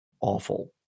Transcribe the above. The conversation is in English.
awful